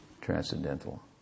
transcendental